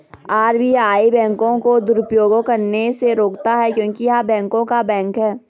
RBI बैंकों को दुरुपयोग करने से रोकता हैं क्योंकि य़ह बैंकों का बैंक हैं